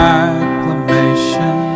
acclamation